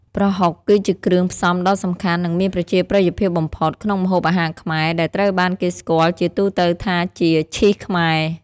ប្រហុក គឺជាគ្រឿងផ្សំដ៏សំខាន់ និងមានប្រជាប្រិយភាពបំផុតក្នុងម្ហូបអាហារខ្មែរ ដែលត្រូវបានគេស្គាល់ជាទូទៅថាជា "ឈីសខ្មែរ"។